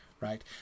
right